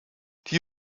die